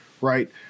right